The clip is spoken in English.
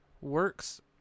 works